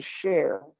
share